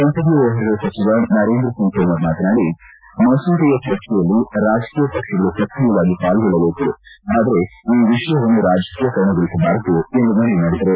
ಸಂಸದೀಯ ವ್ಲವಹಾರಗಳ ಸಚಿವ ನರೇಂದ್ರ ಸಿಂಗ್ ತೋಮರ್ ಮಾತನಾಡಿ ಮಸೂದೆಯ ಚರ್ಚೆಯಲ್ಲಿ ರಾಜಕೀಯ ಪಕ್ಷಗಳು ಸ್ಕ್ರಿಯವಾಗಿ ಪಾಲ್ಗೊಳ್ಳಬೇಕು ಆದರೆ ಈ ವಿಷಯವನ್ನು ರಾಜಕೀಯಗೊಳಿಸಬಾರದೆಂದು ಮನವಿ ಮಾಡಿದರು